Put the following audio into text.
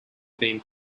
been